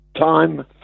time